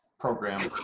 program,